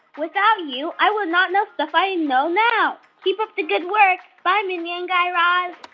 without you, i would not know stuff i know now. keep up the good work. bye, mindy and guy raz